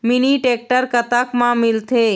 Mini tractor कतक म मिलथे?